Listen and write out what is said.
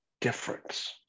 difference